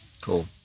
Cool